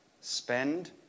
Spend